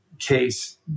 case